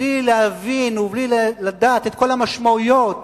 בלי להבין ובלי לדעת את כל המשמעויות